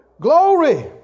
Glory